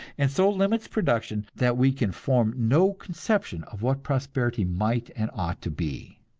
and so limits production that we can form no conception of what prosperity might and ought to be.